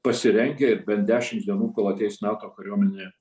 pasirengę ir bent dešimt dienų kol ateis nato kariuomenė